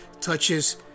touches